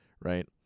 right